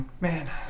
man